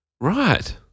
Right